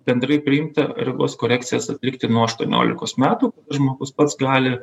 bendrai priimta regos korekcijas atlikti nuo aštuoniolikos metų žmogus pats gali